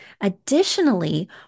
Additionally